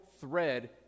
thread